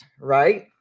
right